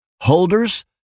holders